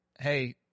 hey